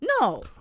No